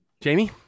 Jamie